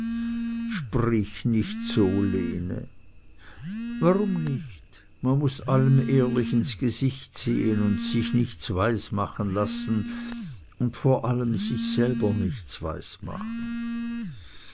sprich nicht so lene warum nicht man muß allem ehrlich ins gesicht sehn und sich nichts weismachen lassen und vor allem sich selber nichts